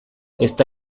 está